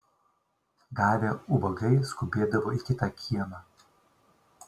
gavę ubagai skubėdavo į kitą kiemą